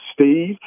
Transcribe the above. Steve